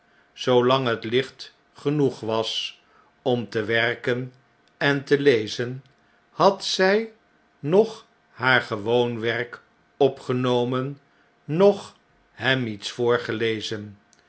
zoolang bet licht genoeg was om te werken en te lezen had zjj noch haar gewoon werk opgenomen noch hem iets voorgelezen